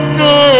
no